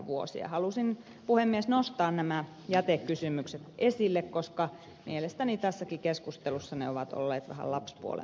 halusin puhemies nostaa nämä jätekysymykset esille koska mielestäni tässäkin keskustelussa ne ovat olleet vähän lapsipuolen asemassa